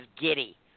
giddy